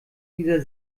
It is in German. dieser